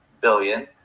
billion